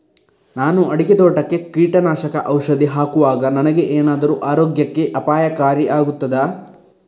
ನಾನು ಅಡಿಕೆ ತೋಟಕ್ಕೆ ಕೀಟನಾಶಕ ಔಷಧಿ ಹಾಕುವಾಗ ನನಗೆ ಏನಾದರೂ ಆರೋಗ್ಯಕ್ಕೆ ಅಪಾಯಕಾರಿ ಆಗುತ್ತದಾ?